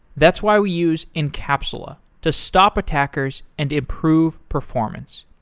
that's why we use encapsula to stop attackers and improve performance.